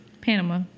Panama